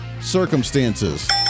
circumstances